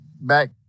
back